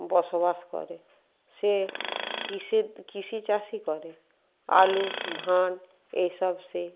বসবাস করে সে কৃষি চাষই করে আলু ধান এইসব সে